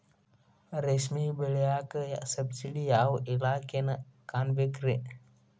ರೇಷ್ಮಿ ಬೆಳಿಯಾಕ ಸಬ್ಸಿಡಿಗೆ ಯಾವ ಇಲಾಖೆನ ಕಾಣಬೇಕ್ರೇ?